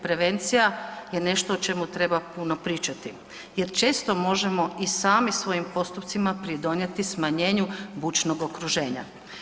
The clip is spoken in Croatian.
Prevencija je nešto o čemu treba puno pričati jer često možemo i sami svojim postupcima pridonijeti smanjenju bučnog okruženja.